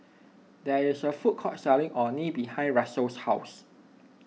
there is a food court selling Orh Nee behind Russell's house